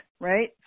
right